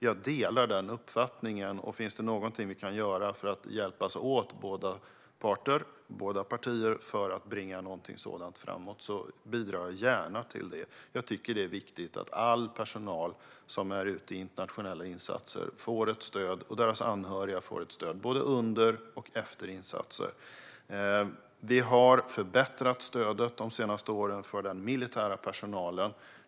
Jag delar den uppfattningen, och finns det någonting vi kan göra för att hjälpas åt i våra båda partier för att bringa någonting sådant framåt bidrar jag gärna till det. Jag tycker att det är viktigt att all personal som är ute i internationella insatser liksom deras anhöriga får ett stöd både under och efter insatsen. Stödet har förbättrats de senaste åren för den militära personalen.